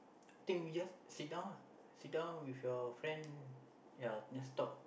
think we just sit down ah sit down with your friend ya just talk